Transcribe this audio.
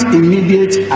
immediate